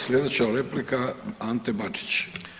Sljedeća replika Ante Bačić.